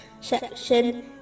section